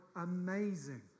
amazing